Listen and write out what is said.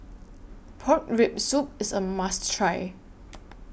Pork Rib Soup IS A must Try